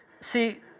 See